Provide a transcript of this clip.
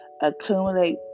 accumulate